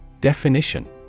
Definition